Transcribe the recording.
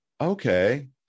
okay